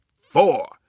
four